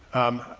um,